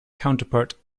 counterpart